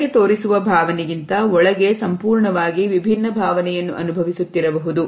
ಹೊರಗೆ ತೋರಿಸುವ ಭಾವನೆಗಿಂತ ಒಳಗೆ ಸಂಪೂರ್ಣವಾಗಿ ವಿಭಿನ್ನ ಭಾವನೆಯನ್ನು ಅನುಭವಿಸುತ್ತಿರಬಹುದು